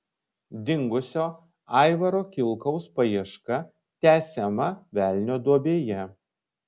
dingusio aivaro kilkaus paieška tęsiama velnio duobėje